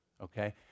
okay